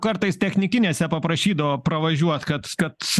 kartais technikinėse paprašydavo pravažiuot kad kad